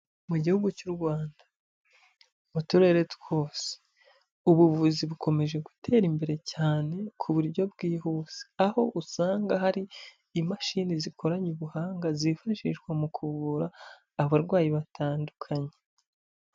Mu gihugu cy'u Rwanda, mu turere twose, ubuvuzi bukomeje gutera imbere cyane ku buryo bwihuse, aho usanga hari imashini zikoranye ubuhanga, zifashishwa mu kuvura abarwayi batandukanye.